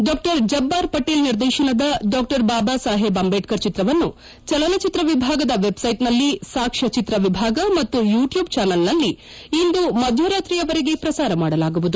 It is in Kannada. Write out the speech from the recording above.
ಡಾ ಜಬ್ಲಾರ್ ಪಟೇಲ್ ನಿರ್ದೇಶನದ ಡಾ ಬಾಬಾ ಸಾಹೇಬ್ ಅಂಬೇಡರ್ ಚಿತ್ರವನ್ನು ಚಲನಚಿತ್ರ ವಿಭಾಗದ ವೆಬ್ಸೈಟ್ನಲ್ಲಿ ಸಾಕ್ಷ್ಮ ಚಿತ್ರ ವಿಭಾಗ ಮತ್ತು ಯುಟ್ಲೂಬ್ ಚಾನಲ್ನಲ್ಲಿ ಇಂದು ಮಧ್ಯರಾತ್ರಿಯವರೆಗೆ ಪ್ರಸಾರ ಮಾಡಲಾಗುವುದು